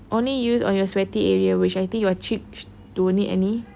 only use on your sweaty area which I think your cheeks don't need any